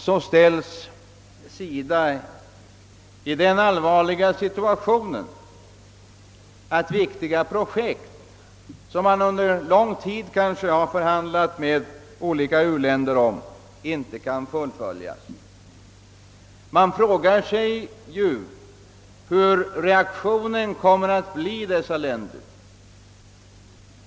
SIDA ställes nu i den allvarliga situationen att viktiga projekt, som man kanske under lång tid har förhandlat med olika u-länder om, inte kan fullföljas. Hur kommer man då att reagera i berörda u-länder?